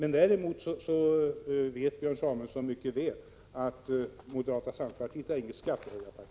Men däremot vet Björn Samuelson mycket väl att moderata samlingspartiet inte är något skattehöjarparti.